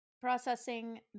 processing